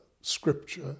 scripture